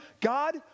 God